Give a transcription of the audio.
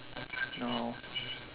no